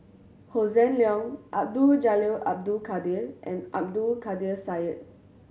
Hossan Leong Abdul Jalil Abdul Kadir and Abdul Kadir Syed